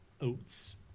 oats